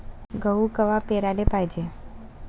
गहू कवा पेराले पायजे?